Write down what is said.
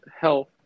health